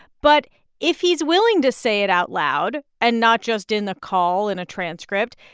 but if he's willing to say it out loud and not just in a call, in a transcript,